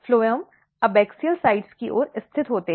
phloem abaxial sides की ओर स्थित होते हैं